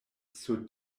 sur